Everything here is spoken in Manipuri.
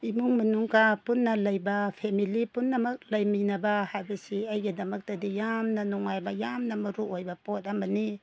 ꯏꯃꯨꯡ ꯃꯅꯨꯡ ꯀꯥ ꯄꯨꯟꯅ ꯂꯩꯕ ꯐꯦꯃꯤꯂꯤ ꯄꯨꯝꯅꯃꯛ ꯂꯩꯃꯤꯟꯅꯕ ꯍꯥꯏꯕꯁꯤ ꯑꯩꯒꯤꯗꯃꯛꯇꯗꯤ ꯌꯥꯝꯅ ꯅꯨꯡꯉꯥꯏꯕ ꯌꯥꯝꯅ ꯃꯔꯨ ꯑꯣꯏꯕ ꯄꯣꯠ ꯑꯃꯅꯤ